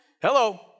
Hello